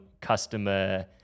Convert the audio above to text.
customer